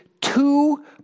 two